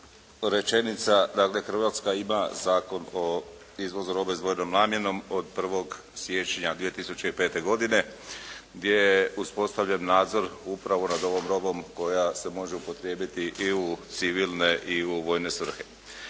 rečenica. Dakle Hrvatska ima Zakon o izvozu robe s dvojnom namjenom od 1. siječnja 2005. godine, gdje je uspostavljen nadzor upravo nad ovom robom koja se može upotrijebiti i u civilne i u vojne svrhe.